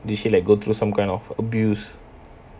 did she like go through some kind of abuse